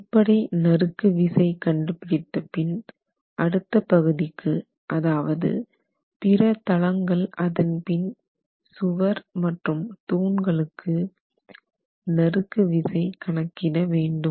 அடிப்படை நறுக்கு விசை கண்டுபிடித்த பின் அடுத்த பகுதிக்கு அதாவது பிற தளங்கள் அதன்பின் சுவர் மற்றும் தூண்களுக்கு நறுக்கு விசை கணக்கிட வேண்டும்